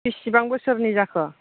बिसिबां बोसोरनि जाखो